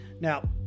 Now